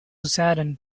saddened